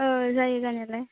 औ जायो जानायालाय